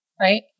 Right